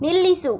ನಿಲ್ಲಿಸು